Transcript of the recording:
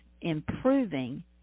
improving